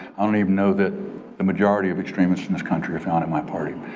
i don't even know that the majority of extremists in this country's found at my party.